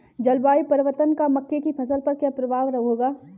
जलवायु परिवर्तन का मक्के की फसल पर क्या प्रभाव होगा?